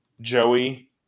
Joey